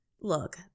look